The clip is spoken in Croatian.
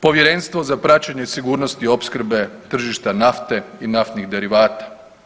Povjerenstvo za praćenje sigurnosti opskrbe tržišta nafte i naftnih derivata.